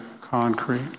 concrete